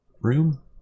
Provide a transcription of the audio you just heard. room